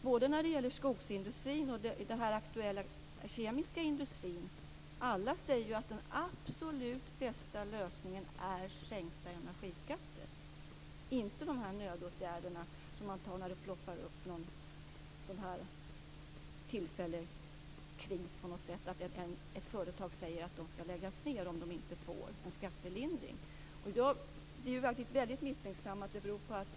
Både skogsindustrin och den kemiska industrin säger att den absolut bästa lösningen är sänkta energiskatter, inte dessa nödåtgärder som vidtas när det ploppar upp en tillfällig kris, t.ex. att ett företag säger att det skall läggas ned om det inte får en skattelindring.